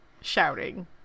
shouting